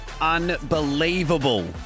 Unbelievable